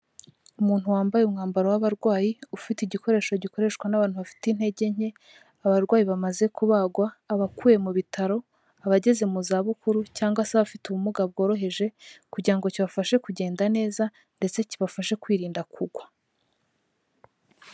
Umuntu wambaye umwambaro w'abarwayi ufite igikoresho gikoreshwa n'abantu bafite intege nke abarwayi bamaze kubagwa abakuwe mu bitaro abageze mu za bukuru cyangwa se abafite ubumuga bworoheje kugira ngo kibafashe kugenda neza ndetse kibafashe kwirinda kugwa.